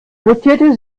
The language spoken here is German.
notierte